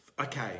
okay